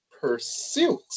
Pursuit